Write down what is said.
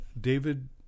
David